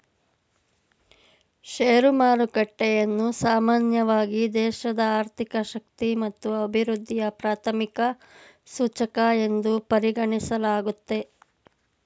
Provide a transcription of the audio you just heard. share ಮಾರುಕಟ್ಟೆಯನ್ನ ಸಾಮಾನ್ಯವಾಗಿ ದೇಶದ ಆರ್ಥಿಕ ಶಕ್ತಿ ಮತ್ತು ಅಭಿವೃದ್ಧಿಯ ಪ್ರಾಥಮಿಕ ಸೂಚಕ ಎಂದು ಪರಿಗಣಿಸಲಾಗುತ್ತೆ